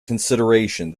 consideration